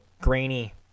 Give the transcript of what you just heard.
grainy